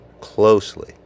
closely